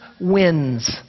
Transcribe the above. wins